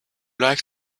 like